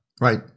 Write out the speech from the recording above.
Right